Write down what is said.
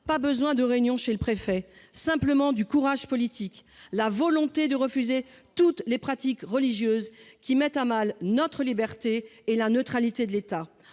nul besoin de réunion chez le préfet, il faut simplement du courage politique et la volonté de refuser toutes les pratiques religieuses qui mettent à mal notre liberté et la neutralité de l'État.